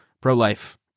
pro-life